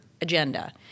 agenda